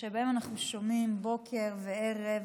שבהם אנחנו שומעים בוקר וערב,